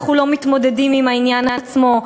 אנחנו לא מתמודדים עם העניין עצמו.